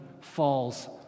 falls